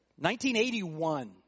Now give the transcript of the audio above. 1981